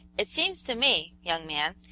it seems to me, young man,